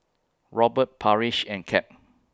Robert Parrish and Cap